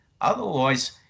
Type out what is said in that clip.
Otherwise